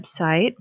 website